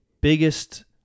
biggest